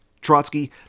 Trotsky